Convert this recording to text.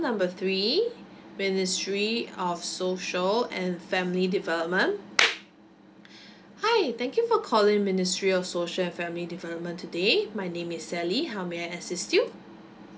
number three ministry of social and family development hi thank you for calling ministry of social and family development today my name is sally how may I assist you